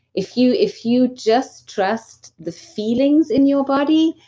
if you if you just trust the feelings in your body,